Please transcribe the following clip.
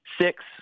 Six